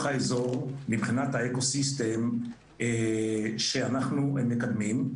האזור מבחינת האקו-סיסטם שאנחנו מקדמים,